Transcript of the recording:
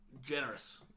Generous